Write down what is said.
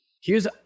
heres